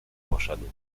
poszedł